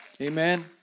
Amen